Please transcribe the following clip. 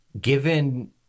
Given